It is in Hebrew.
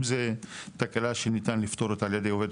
אם זו תקלה שניתן לפתור אותה על ידי עובד